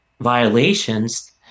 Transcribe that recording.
violations